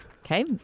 Okay